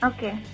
Okay